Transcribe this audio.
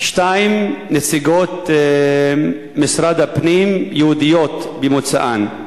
ושתי נציגות משרד הפנים, יהודיות במוצאן.